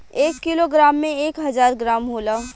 एक किलोग्राम में एक हजार ग्राम होला